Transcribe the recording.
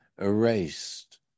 erased